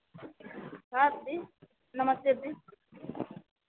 हाँ दीदी नमस्ते दीदी